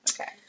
Okay